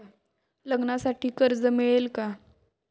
लग्नासाठी कर्ज मिळेल का?